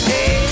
Hey